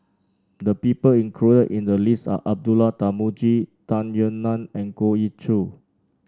the people included in the list are Abdullah Tarmugi Tung Yue Nang and Goh Ee Choo